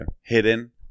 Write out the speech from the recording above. hidden